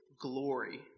glory